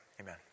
Amen